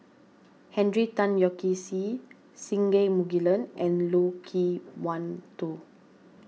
Henry Tan Yoke See Singai Mukilan and Loke Wan Tho